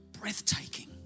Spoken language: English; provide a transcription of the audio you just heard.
breathtaking